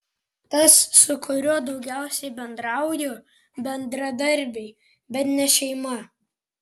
tas su kuriuo daugiausiai bendrauju bendradarbiai bet ne šeima